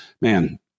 man